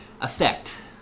effect